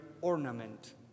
ornament